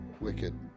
Wicked